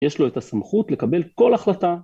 יש לו את הסמכות לקבל כל החלטה.